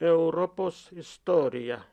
europos istorija